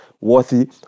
worthy